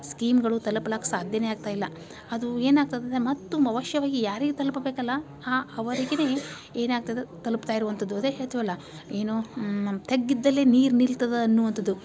ಸ್ಕೀಮ್ಗಳು ತಲುಪ್ಲಿಕ್ ಸಾಧ್ಯವೇ ಆಗ್ತಾ ಇಲ್ಲ ಅದು ಏನಾಗ್ತದೆ ಅಂದ್ರೆ ಮತ್ತು ಅವಶ್ಯವಾಗಿ ಯಾರಿಗೆ ತಲುಪಬೇಕಲ್ಲ ಅವರಿಗೇ ಏನಾಗ್ತದೆ ತಲುಪ್ತಾ ಇರುವಂಥದ್ದು ಅದೇ ಹೇಳ್ತೇವಲ್ಲ ಏನು ತಗ್ಗಿದ್ದಲ್ಲಿ ನೀರು ನಿಲ್ತದೆ ಅನ್ನುವಂಥದ್ದು